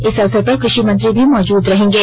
इस अवसर पर कृषि मंत्री भी मौजूद रहेंगे